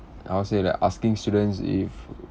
how to say like asking students if